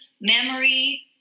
memory